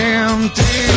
empty